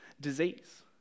disease